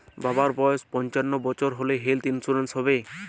বাবার বয়স পঞ্চান্ন বছর তাহলে হেল্থ ইন্সুরেন্স হবে?